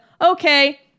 okay